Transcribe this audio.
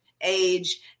age